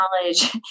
knowledge